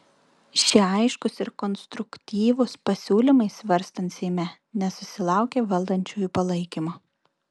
šie aiškūs ir konstruktyvūs pasiūlymai svarstant seime nesusilaukė valdančiųjų palaikymo